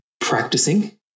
practicing